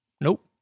Nope